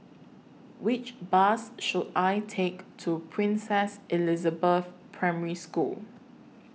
Which Bus should I Take to Princess Elizabeth Primary School